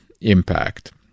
impact